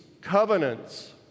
covenants